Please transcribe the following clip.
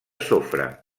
sofre